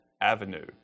avenue